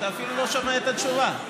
אתה אפילו לא שומע את התשובה.